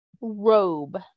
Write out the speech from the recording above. robe